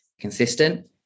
consistent